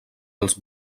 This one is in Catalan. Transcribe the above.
els